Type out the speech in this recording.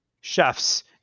chefs